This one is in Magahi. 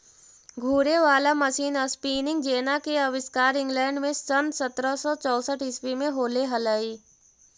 घूरे वाला मशीन स्पीनिंग जेना के आविष्कार इंग्लैंड में सन् सत्रह सौ चौसठ ईसवी में होले हलई